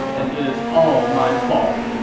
and it is all my fault.